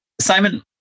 Simon